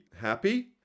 happy